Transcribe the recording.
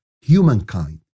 Humankind